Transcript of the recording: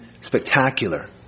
spectacular